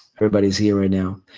everybody's here right now.